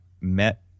met